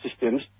systems